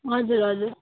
हजुर हजुर